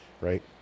right